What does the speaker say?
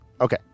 Okay